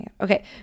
Okay